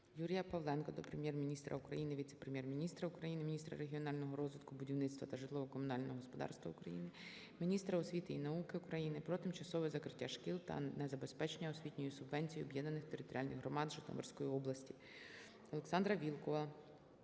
Юрія Павленка до Прем'єр-міністра України, віце-прем’єр-міністра України – міністра регіонального розвитку, будівництва та житлово-комунального господарства України, міністра освіти і науки України про масове закриття шкіл та незабезпечення освітньою субвенцією об'єднаних територіальних громад Житомирської області. Олександра Вілкула